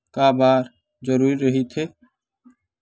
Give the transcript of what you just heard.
का बार जरूरी रहि थे?